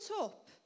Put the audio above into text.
up